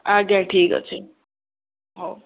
ଆଜ୍ଞା ଠିକ୍ ଅଛି